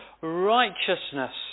righteousness